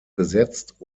besetzt